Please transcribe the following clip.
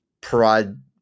prod